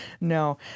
No